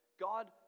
God